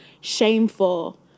shameful